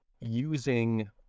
using